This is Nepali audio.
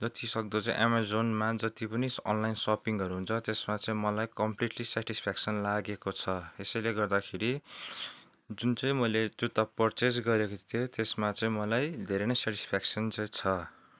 जति सक्दो चाहिँ एमाजोनमा जति पनि अनलाइन सपिङहरू हुन्छ त्यसमा चाहिँ मलाई कम्प्लिटली स्याटिस्फेक्सन लागेको छ यसैले गर्दाखेरि जुन चाहिँ मैले जुत्ता पर्चेस गरेको थिएँ त्यसमा चाहिँ मलाई धेरै नै स्याटिस्फेक्सन चाहिँ छ